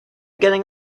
getting